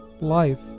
life